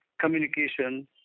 communication